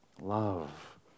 Love